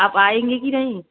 आप आएँगे कि नहीं